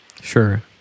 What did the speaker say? Sure